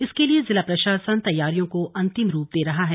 इसके लिये जिला प्रशासन तैयारियों को अंतिम रूप दे रहा है